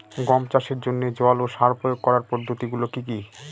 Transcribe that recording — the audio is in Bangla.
গম চাষের জন্যে জল ও সার প্রয়োগ করার পদ্ধতি গুলো কি কী?